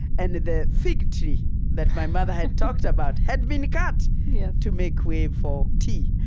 and the fig tree that my mother had talked about had been cut yeah to make way for tea.